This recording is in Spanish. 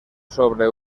sobre